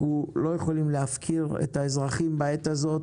אנחנו לא יכולים להפקיר את האזרחים בעת הזאת,